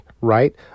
Right